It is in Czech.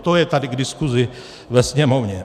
To je tady k diskuzi ve Sněmovně.